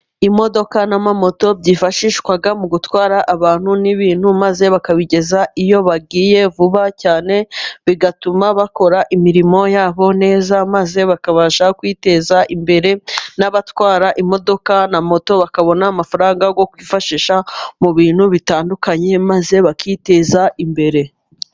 Imodoka n'amamoto byifashishwa mu gutwara abantu n'ibintu, maze bakabigeza iyo bagiye vuba cyane, bigatuma bakora imirimo ya bo neza, maze bakabasha kwiteza imbere, n'abatwara imodoka na moto bakabona amafaranga yo kwifashisha mu bintu bitandukanye, maze bakiteza imbere.